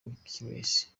wikileaks